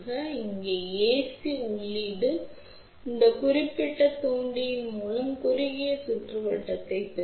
எனவே இங்குள்ள ஏசி உள்ளீடு இந்த குறிப்பிட்ட தூண்டியின் மூலம் குறுகிய சுற்றுவட்டத்தைப் பெறும்